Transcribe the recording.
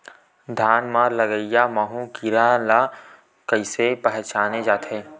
धान म लगईया माहु कीरा ल कइसे पहचाने जाथे?